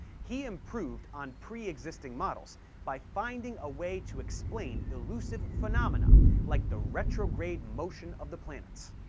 he improved on pre-existing models by finding a way to explain elusive phenomena like the retrograde motion of the planets.